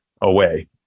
away